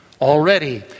Already